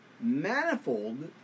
manifold